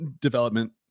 development